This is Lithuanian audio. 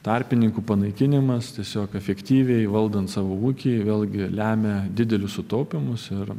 tarpininkų panaikinimas tiesiog efektyviai valdant savo ūkį vėlgi lemia didelius sutaupymus ir